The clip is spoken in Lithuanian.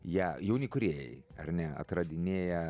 ją jauni kūrėjai ar ne atradinėja